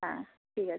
হ্যাঁ ঠিক আছে